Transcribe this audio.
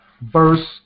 verse